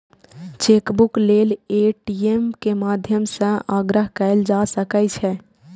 chequebook लेल ATM के माध्यम सं आग्रह कैल जा सकै छै